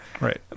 Right